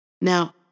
Now